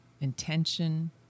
intention